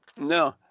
No